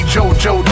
Jojo